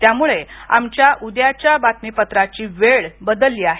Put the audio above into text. त्यामुळे आमच्या उद्याच्या बातमीपत्राची वेळ बदलली आहे